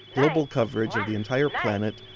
global coverage of the entire planet,